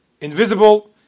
invisible